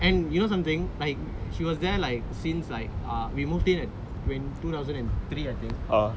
and you know something like she was there like since like we moved in two thousand and three I think